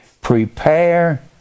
prepare